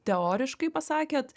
teoriškai pasakėt